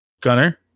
Gunner